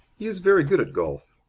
he is very good at golf.